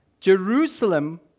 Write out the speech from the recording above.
Jerusalem